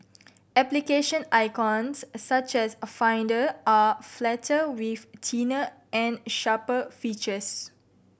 application icons such as Finder are flatter with thinner and sharper features